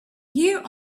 here